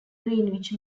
greenwich